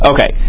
Okay